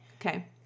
Okay